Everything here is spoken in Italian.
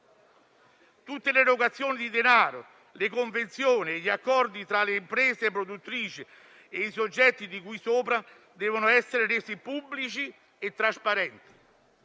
Tutte le erogazioni di denaro, le convenzioni e gli accordi tra le imprese produttrici e i soggetti di cui sopra devono essere resi pubblici e trasparenti.